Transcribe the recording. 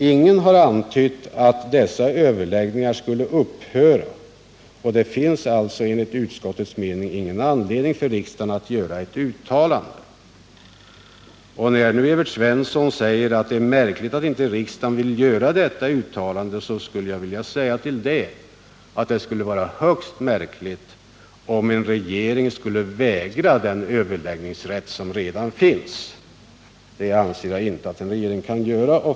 Ingen har antytt att dessa överläggningar skulle upphöra, och det finns alltså enligt utskottets mening ingen anledning för riksdagen att göra ett uttalande. När nu Evert Svensson säger att det är märkligt att riksdagen inte vill göra detta uttalande, skulle jag vilja säga att det skulle vara högst märkligt om en regering skulle vägra organisationerna den överläggningsrätt som redan finns. Det anser jag inte att en regering kan göra.